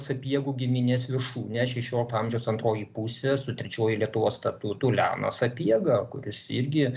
sapiegų giminės viršūnė šešiolikto amžiaus antroji pusė su trečiuoju lietuvos statutu leonas sapiega kuris irgi